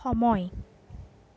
সময়